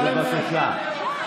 בבקשה.